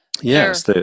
Yes